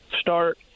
start